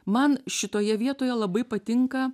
man šitoje vietoje labai patinka